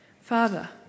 Father